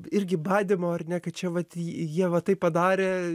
irgi badymo ar ne kad čia vat jie va taip padarė